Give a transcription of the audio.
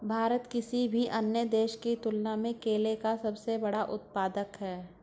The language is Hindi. भारत किसी भी अन्य देश की तुलना में केले का सबसे बड़ा उत्पादक है